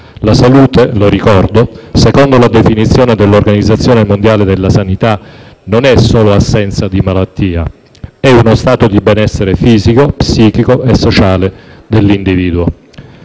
La salute - lo ricordo - secondo la definizione dell'Organizzazione mondiale della sanità, non è solo assenza di malattia; è uno stato di benessere fisico, psichico e sociale dell'individuo.